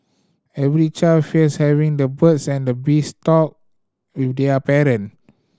every child fears having the birds and the bees talk with their parent